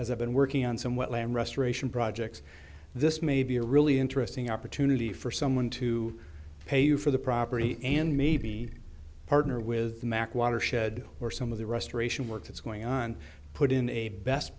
as i've been working on some wetland restoration projects this may be a really interesting opportunity for someone to pay you for the property and maybe partner with the mac watershed or some of the restoration work that's going on put in a best